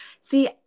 See